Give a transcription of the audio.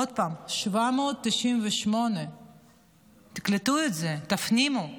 עוד פעם, 798. תקלטו את זה, תפנימו.